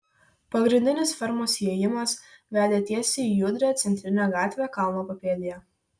pagrindinis fermos įėjimas vedė tiesiai į judrią centrinę gatvę kalno papėdėje